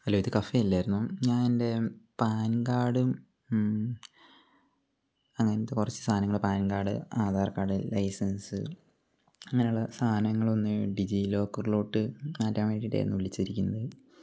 hello ഇത് cafe അല്ലായിരുന്നോ ഞാൻ എൻ്റെ പാൻ കാർഡും അങ്ങനത്തെ കുറച്ചു സാധനങ്ങൾ PAN card Aadhaar card license അങ്ങനെയുള്ള സാധനങ്ങൾ ഒന്നു ഡിജിലോക്കറിലോട്ട് മാറ്റാൻ വേണ്ടിയിട്ടായിരുന്നു വിളിച്ചിരിക്കുന്നത്